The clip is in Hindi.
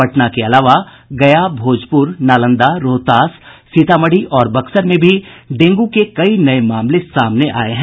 पटना के अलावा गया भोजपुर नालंदा रोहतास सीतामढ़ी और बक्सर में भी डेंगू के कई नये मामले सामने आये हैं